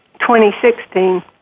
2016